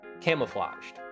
camouflaged